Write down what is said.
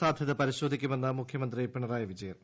സാധൃത പരിശോധിക്കുമെന്ന് മുഖൃമന്ത്രി പിണറായി വിജയൻ